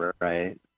Right